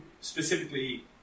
specifically